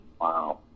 wow